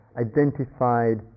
identified